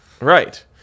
Right